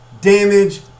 damage